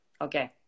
okay